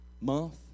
month